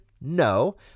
No